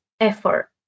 effort